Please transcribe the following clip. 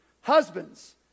Husbands